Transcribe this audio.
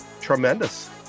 tremendous